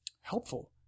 helpful